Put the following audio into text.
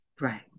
Right